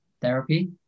therapy